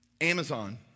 Amazon